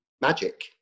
magic